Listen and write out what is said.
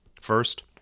First